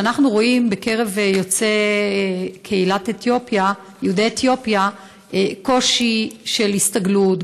אנחנו רואים בקרב יוצאי קהילת יהודי אתיופיה קושי של הסתגלות,